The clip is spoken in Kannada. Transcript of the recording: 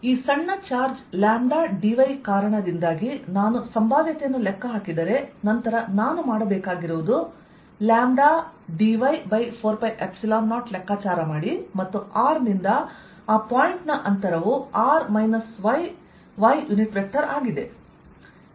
ಈ ಸಣ್ಣ ಚಾರ್ಜ್ ಲ್ಯಾಂಬ್ಡಾ dy ಕಾರಣದಿಂದಾಗಿ ನಾನು ಸಂಭಾವ್ಯತೆಯನ್ನು ಲೆಕ್ಕ ಹಾಕಿದರೆ ನಂತರ ನಾನು ಮಾಡಬೇಕಾಗಿರುವುದು λ dy4π0 ಲೆಕ್ಕಾಚಾರ ಮಾಡಿ ಮತ್ತು r ನಿಂದ ಆ ಪಾಯಿಂಟ್ ನ ಅಂತರವು y ಯುನಿಟ್ ವೆಕ್ಟರ್